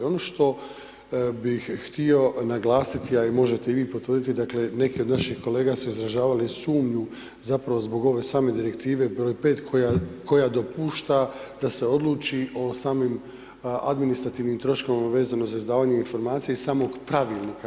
Ono što bih htio naglasiti a i možete i vi potvrditi, dakle neki od naših kolega su izražavali sumnju zapravo zbog ove same direktive broj 5. koja dopušta da se odluči o samim administrativnim troškovima vezano za izdavanje informacija iz samog pravilnika.